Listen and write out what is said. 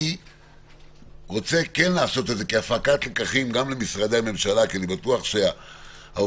אני רוצה לעשות את זה כהפקת לקחים גם למשרדי הממשלה כי אני בטוח שהעובדים